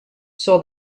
saw